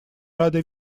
рады